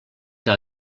que